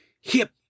hip